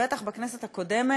בטח בכנסת הקודמת,